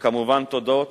וכמובן תודות